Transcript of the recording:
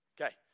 Okay